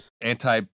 anti